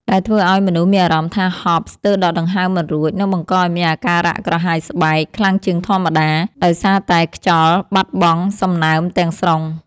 ដែលធ្វើឱ្យមនុស្សមានអារម្មណ៍ថា ហប់ ស្ទើរដកដង្ហើមមិនរួច និងបង្កឱ្យមានអាការៈ ក្រហាយស្បែក ខ្លាំងជាងធម្មតា ដោយសារតែខ្យល់បាត់បង់សំណើមទាំងស្រុង។